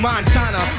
Montana